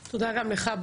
בועז, תודה גם לך.